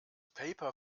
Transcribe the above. paper